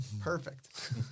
Perfect